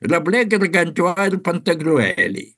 rablė gargantiua ir pantagriuelį